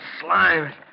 slime